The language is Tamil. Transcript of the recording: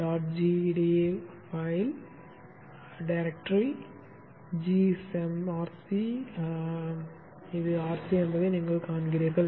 gda கோப்பகம் gschem r c ஐ உள்ளூர் பயனர்களிடமிருந்தும் இது rc என்பதை நீங்கள் காண்கிறீர்கள்